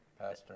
Pastor